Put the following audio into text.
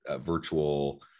virtual